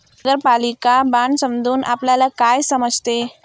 नगरपालिका बाँडसमधुन आपल्याला काय समजते?